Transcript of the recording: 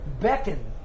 beckon